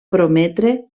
prometre